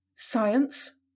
Science